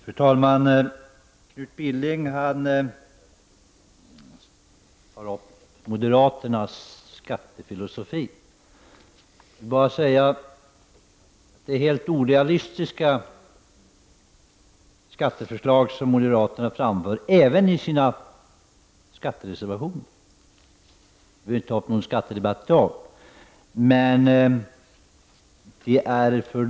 Fru talman! Knut Billing berörde moderaternas skattefilosofi. Det är helt orealistiska skatteförslag som moderaterna framför även i sina reservationer. Jag vill inte föra någon skattedebatt i dag.